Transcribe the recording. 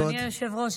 אדוני היושב-ראש,